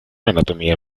anatomía